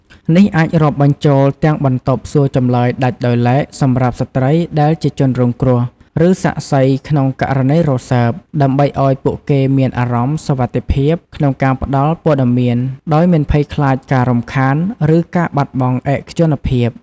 នេះអាចរាប់បញ្ចូលទាំង បន្ទប់សួរចម្លើយដាច់ដោយឡែកសម្រាប់ស្ត្រីដែលជាជនរងគ្រោះ ឬសាក្សីក្នុងករណីរសើប ដើម្បីឱ្យពួកគេមានអារម្មណ៍សុវត្ថិភាពក្នុងការផ្តល់ព័ត៌មានដោយមិនភ័យខ្លាចការរំខាន ឬការបាត់បង់ឯកជនភាព។